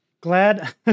Glad